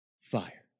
fire